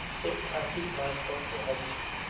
it passes my comprehension.